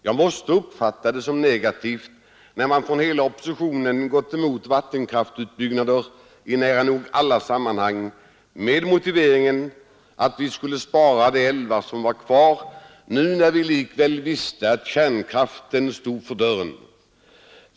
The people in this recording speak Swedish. Jag måste uppfatta det som negativt, när hela oppositionen gått emot vattenkraftutbyggnader i nära nog alla sammanhang, med motiveringen att vi skulle spara de älvar som var kvar, nu när vi likväl visste att kärnkraften stod för dörren.